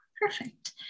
Perfect